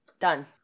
Done